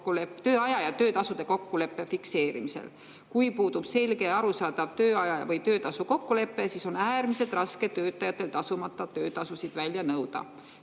seda eriti tööaja ja töötasude kokkuleppe fikseerimisel. Kui puudub selge ja arusaadav tööaja ja töötasu kokkulepe, siis on töötajatel äärmiselt raske tasumata töötasusid välja nõuda.